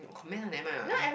comment ah never mind what